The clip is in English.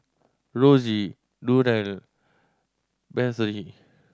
Rosie Durell Bethzy